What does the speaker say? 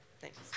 thanks